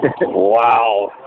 Wow